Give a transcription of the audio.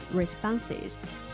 responses